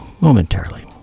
momentarily